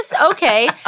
okay